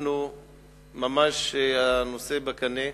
הנושא ממש בקנה,